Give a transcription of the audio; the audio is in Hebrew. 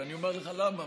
ואני אומר לך למה.